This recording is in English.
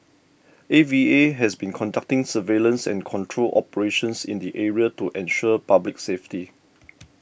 A V A has been conducting surveillance and control operations in the area to ensure public safety